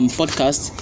podcast